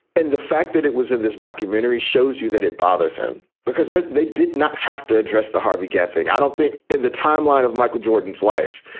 and the fact that it was in this documentary shows you that it bothers him because they did not have to address the harvey gantt thing. i don't think in the timeline of michael jordan's life,